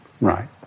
right